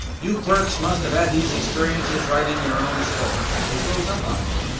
you clerks must have had these experiences right in your own stores. they froze up on me,